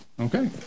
Okay